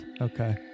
Okay